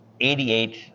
88